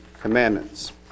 commandments